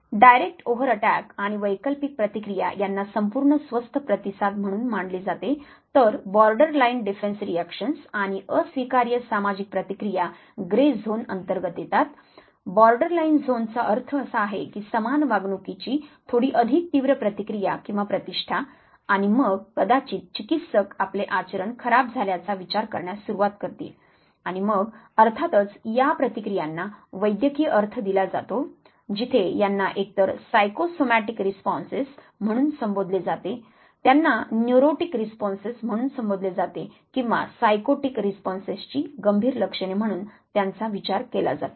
direct overt attack आणि वैकल्पिक प्रतिक्रिया यांना संपूर्ण स्वस्थ प्रतिसाद म्हणून मानले जाते तर बॉर्डरलाइन डिफेंस रिएक्शन्स आणि अस्वीकार्य सामाजिक प्रतिक्रिया ग्रे झोन अंतर्गत येतात बॉर्डरलाइन झोन चा अर्थ असा आहे की समान वागणुकीची थोडी अधिक तीव्र प्रतिक्रिया किंवा प्रतिष्ठा आणि मग कदाचित चिकित्सक आपले आचरण खराब झाल्याचा विचार करण्यास सुरवात करतील आणि मग अर्थातच या प्रतिक्रियांना वैद्यकीय अर्थ दिला जातो जिथे यांना एकतर सायकोसोमॅटिक रिस्पोंसेस म्हणून संबोधले जाते त्यांना न्युरोटिक रिस्पोंसेस म्हणून संबोधले जाते किंवा सायकोटिक रिस्पोंसेसची गंभीर लक्षणे म्हणून त्यांचा विचार केला जातो